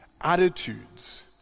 attitudes